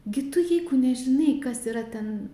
gi tu jeigu nežinai kas yra ten